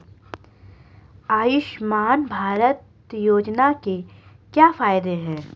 आयुष्मान भारत योजना के क्या फायदे हैं?